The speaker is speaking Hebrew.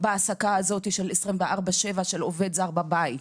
בהעסקה הזאת של 24/4 של עובד זר בבית.